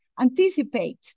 anticipate